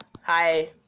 hi